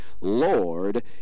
Lord